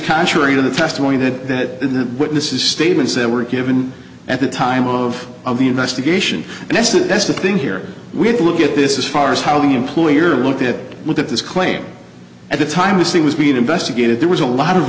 contrary to the testimony that the witnesses statements that were given at the time of the investigation and that's it that's the thing here we have to look at this is far is how the employer looked at look at this claim at the time this thing was being investigated there was a lot of